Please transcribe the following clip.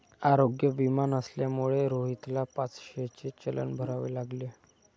आरोग्य विमा नसल्यामुळे रोहितला पाचशेचे चलन भरावे लागले